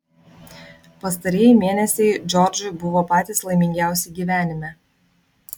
pastarieji mėnesiai džordžui buvo patys laimingiausi gyvenime